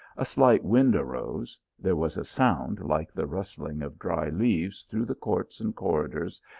a slight wind arose, there was a sound like the rustling of dry leaves through the courts and corridors,